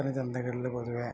അത്തരം ചന്തകളിൽ പൊതുവേ